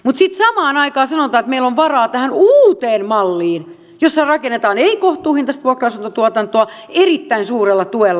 mutta sitten samaan aikaan sanotaan että meillä on varaa tähän uuteen malliin jossa rakennetaan ei kohtuuhintaista vuokra asuntotuotantoa erittäin suurella tuella